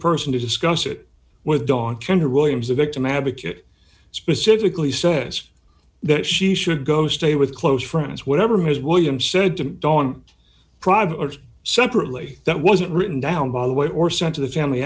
person to discuss it with dawn turner williams a victim advocate specifically says that she should go stay with close friends whatever ms williams said to dawn privateers separately that wasn't written down by the way or sent to the family